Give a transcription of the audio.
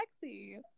sexy